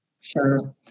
Sure